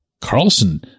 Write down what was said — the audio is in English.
Carlson